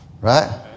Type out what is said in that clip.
Right